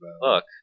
Look